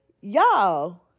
y'all